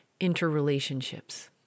interrelationships